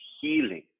healing